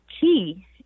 key